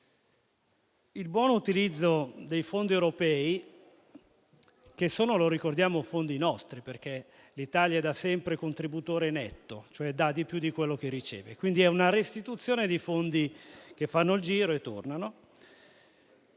Il buon utilizzo dei fondi europei, che - lo ricordiamo - sono nostri, perché l'Italia è da sempre contributore netto, cioè dà più di quello che riceve - quindi è una restituzione di fondi che fanno il giro e tornano